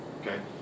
Okay